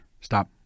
stop